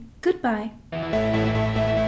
Goodbye